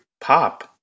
Pop